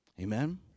Amen